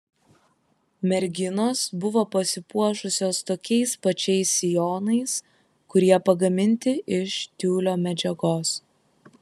merginos buvo pasipuošusios tokiais pačiais sijonais kurie pagaminti iš tiulio medžiagos